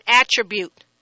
attribute